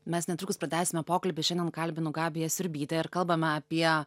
mes netrukus pratęsime pokalbį šiandien kalbinu gabiją siurbytę ir kalbam apie